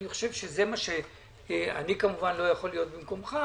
אני כמובן לא יכול להיות במקומך,